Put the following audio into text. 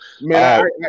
Man